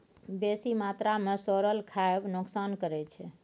बेसी मात्रा मे सोरल खाएब नोकसान करै छै